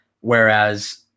whereas